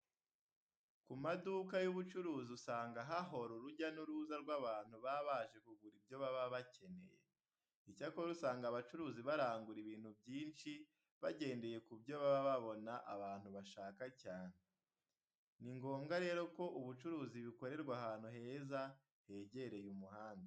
Ku maduka y'ubucuruzi usanga hahora urujya n'uruza rw'abantu baba baje kugura ibyo baba bakeneye. Icyakora usanga abacuruzi barangura ibintu byinshi bagendeye ku byo baba babona abantu bashaka cyane. Ni ngombwa rero ko ubucuruzi bukorerwa ahantu heza hegereye umuhanda.